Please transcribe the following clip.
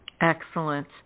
Excellent